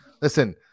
Listen